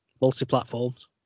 multi-platforms